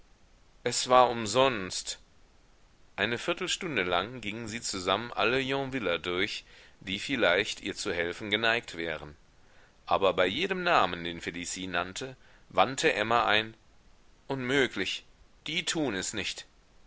es war umsonst eine viertelstunde lang gingen sie zusammen alle yonviller durch die vielleicht ihr zu helfen geneigt wären aber bei jedem namen den felicie nannte wandte emma ein unmöglich die tun es nicht